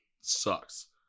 sucks